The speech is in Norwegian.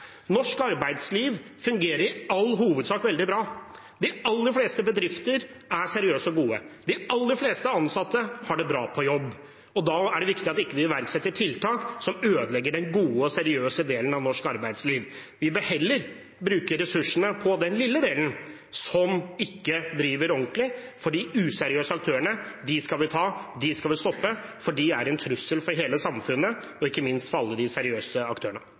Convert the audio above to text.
Norsk arbeidsliv fungerer i all hovedsak veldig bra. De aller fleste bedrifter er seriøse og gode. De aller fleste ansatte har det bra på jobb. Da er det viktig at vi ikke iverksetter tiltak som ødelegger den gode og seriøse delen av norsk arbeidsliv. Vi bør heller bruke ressursene på den lille delen som ikke driver ordentlig, for de useriøse aktørene skal vi ta. Dem skal vi stoppe, for de er en trussel for hele samfunnet og ikke minst for alle de seriøse aktørene.